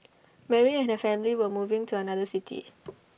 Mary and her family were moving to another city